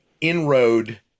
inroad